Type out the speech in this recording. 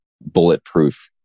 bulletproof